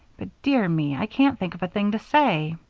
but, dear me, i can't think of a thing to say.